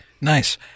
Nice